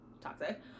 Toxic